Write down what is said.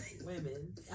women